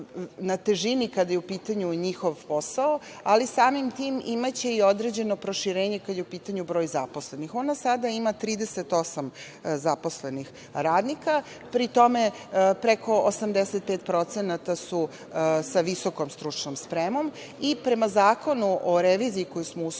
na težini kada je u pitanju njihov posao, ali samim tim imaće i određeno proširenje kada je u pitanju broj zaposlenih. Ona sada ima 38 zaposlenih radnika. Pri tome preko 85% su sa visokom stručnom spremom i prema Zakonu o reviziji koji smo usvoji